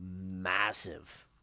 massive